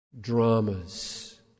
dramas